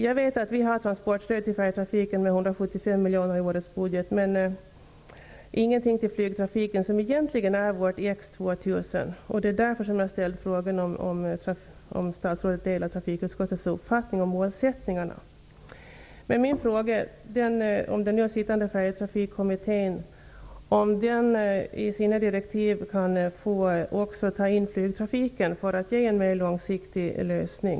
Jag vet att vi har transportstöd till färjetrafiken med 175 miljoner i årets budget, men vi har ingenting till flygtrafiken, som egentligen är vårt X 2 000. Det är därför som jag ställt frågan om statsrådet delar trafikutskottets uppfattning om målsättningarna. Min fråga är: Kan den nu sittande Färjetrafikkommittén i sina direktiv också få ta in flygtrafiken för att nå en mer långsiktig lösning?